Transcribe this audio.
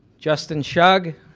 justin shugg